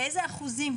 באיזה אחוזים?